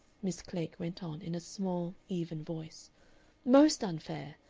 miss klegg went on in a small, even voice most unfair!